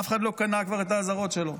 אף אחד כבר לא קנה את האזהרות שלו.